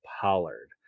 Pollard